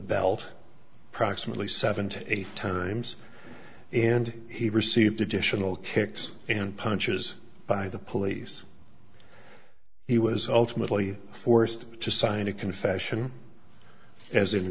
belt approximately seven to eight times and he received additional kicks and punches by the police he was ultimately forced to sign a confession as in